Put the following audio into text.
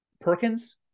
Perkins